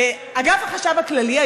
אגף החשב הכללי,